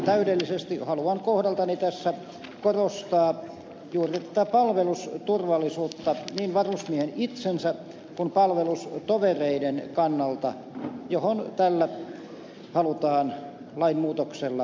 haluan kohdaltani tässä korostaa juuri tätä palvelusturvallisuutta niin varusmiehen itsensä kuin palvelustovereidenkin kannalta johon tällä lainmuutoksella halutaan tähdätä